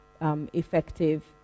effective